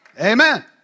Amen